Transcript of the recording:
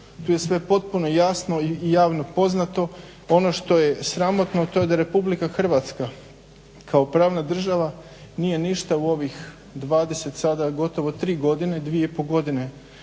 Tu je sve potpuno jasno i javno poznato, ono što je sramotno je to da je RH kao pravna država nije ništa u ovih 20 sada gotovo tri godine postojanja,